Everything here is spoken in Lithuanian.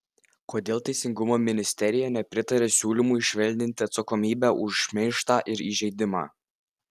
kodėl teisingumo ministerija nepritaria siūlymui švelninti atsakomybę už šmeižtą ir įžeidimą